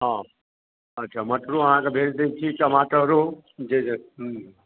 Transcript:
हँ अच्छा मटरो अहाँक भेज दै छी टमाटरो जे जे